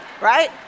Right